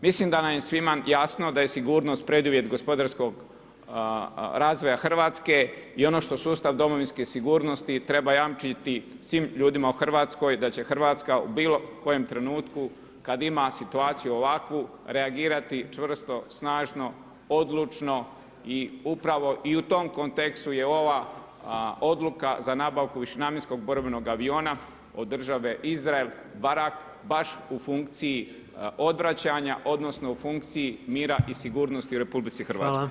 Mislim da nam je svima jasno da je sigurnost preduvjet gospodarskog razvoja Hrvatske i ono što sustav domovinske sigurnosti treba jamčiti svim ljudima u Hrvatskoj, da će Hrvatska u bilo kojem trenutku, kada ima situaciju ovakvu, reagirati, čvrsto, snažno, odlučno i upravo i u tom kontekstu je ova odluka za nabavku višenamjenskog borbenog aviona od države Izrael, Barak, baš u funkciji odvraćanja, odnosno, u funkciji mira i sigurnosti u RH.